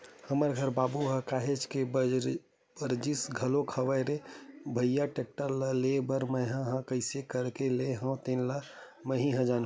हमर घर बाबू ह काहेच के बरजिस घलोक हवय रे भइया टेक्टर ल लेय बर मैय ह कइसे करके लेय हव तेन ल मैय ह जानहूँ